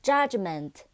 Judgment